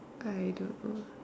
I don't know